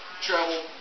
travel